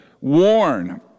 warn